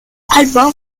albin